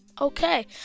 Okay